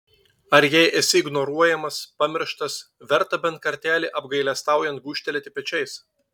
ar jei esi ignoruojamas pamirštas verta bent kartelį apgailestaujant gūžtelėti pečiais